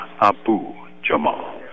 Abu-Jamal